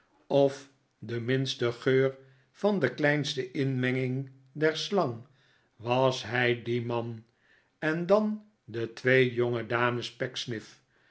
of den minsten geur van de kleinste inmenging der slang was hij die man en dan de twee jongedames pecksniff